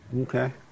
Okay